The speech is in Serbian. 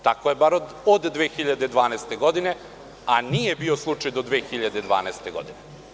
Tako je bar od 2012. godine, a nije bio slučaj do 2012. godine.